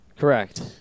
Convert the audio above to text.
Correct